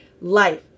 life